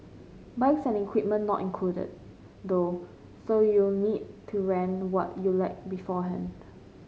bikes and equipment not included though so you'll need to rent what you lack beforehand